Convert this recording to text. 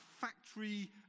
factory